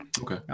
okay